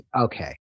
Okay